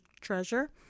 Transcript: treasure